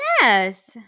yes